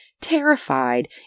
terrified